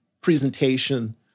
presentation